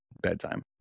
bedtime